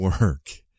work